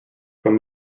from